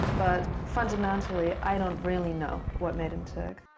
but fundamentally, i don't really know what made him tick.